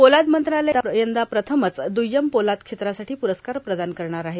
पोलाद मंत्रालय यंदा प्रथमच द्रय्यम पोलाद क्षेत्रासाठा प्रस्कार प्रदान करणार आहे